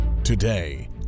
Today